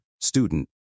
student